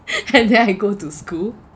and then I go to school